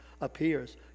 appears